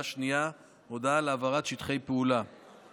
הצעת חוק הכניסה לישראל (תיקון מס' 33)